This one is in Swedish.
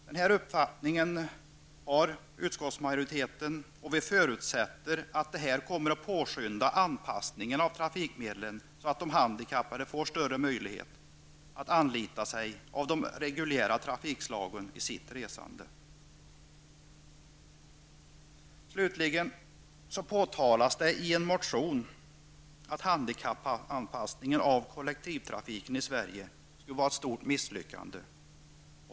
Den här uppfattningen har utskottsmajoriteten, och vi förutsätter att detta kommer att påskynda anpassningen av trafikmedlen, så att de handikappade får större möjligheter att anlita de reguljära trafikslagen vid sitt resande. Det påtalas i en motion att handikappanpassningen av kollektivtrafiken i Sverige skulle vara ett stort misslyckande.